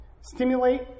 stimulate